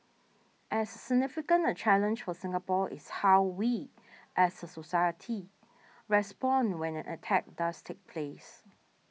as significant a challenge for Singapore is how we as a society respond when an attack does take place